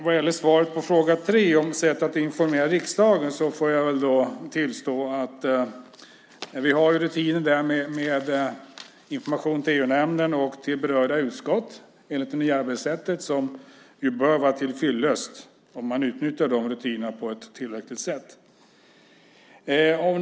Vad gäller svaret på fråga tre, om sättet att informera riksdagen, får jag tillstå att vi under tiden har fått information till EU-nämnden och till berörda utskott enligt det nya arbetssättet, som ju bör vara tillfyllest om man utnyttjar rutinerna på ett tillräckligt sätt.